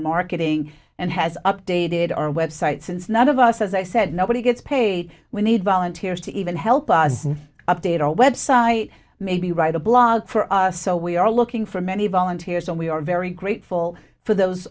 marketing and has updated our website since none of us as i said nobody gets paid we need volunteers to even help us an update our website maybe write a blog for us so we are looking for many volunteers and we are very grateful for those